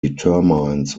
determines